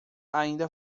ainda